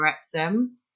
Epsom